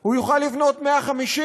זה הוא יוכל לבנות 150,